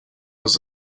was